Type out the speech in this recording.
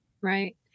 Right